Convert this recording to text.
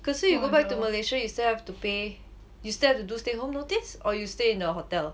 可是 you go back to malaysia you still have to pay you still have to do stay home notice or you stay in the hotel